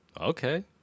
Okay